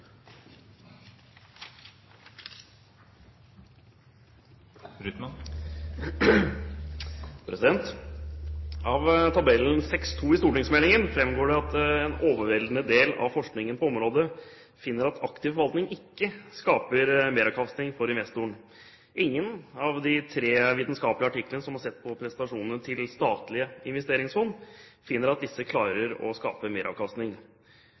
at en overveldende del av forskningen på området finner at aktiv forvaltning ikke skaper meravkastning for investoren. Ingen av de tre vitenskapelige artiklene som har sett på prestasjonene til statlige investeringsfond, finner at disse klarer å skape